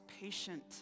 patient